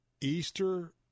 Easter